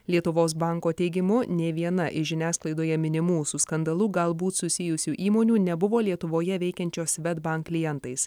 lietuvos banko teigimu nė viena iš žiniasklaidoje minimų su skandalu galbūt susijusių įmonių nebuvo lietuvoje veikiančio swedbank klientais